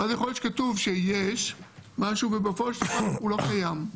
ואז יכול להיות שיהיה כתוב שיש משהו ובפועל הוא לא קיים.